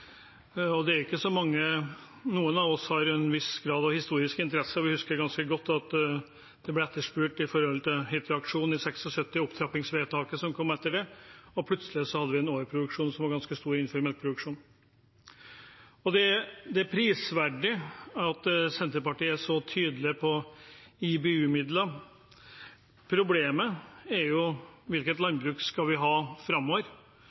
Det er ikke så mange. Noen av oss har en viss grad av historisk interesse, og vi husker ganske godt at det ble etterspurt med tanke på Hitra-aksjonen i 1975 og opptrappingsvedtaket som kom etter det, og plutselig hadde vi en overproduksjon som var ganske stor innenfor melkeproduksjon. Det er prisverdig at Senterpartiet er så tydelig på IBU-midler. Problemet er hvilket landbruk vi skal ha framover.